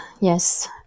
yes